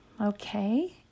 okay